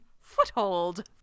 Foothold